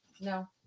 No